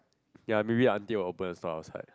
ya maybe aunty will open a store outside